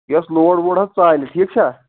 یۄس لوڑ ووڑ حظ ژالہِ ٹھیٖک چھا